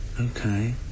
okay